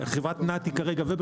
בחברת נת"י כרגע.